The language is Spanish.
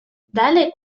dale